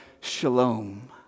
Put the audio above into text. shalom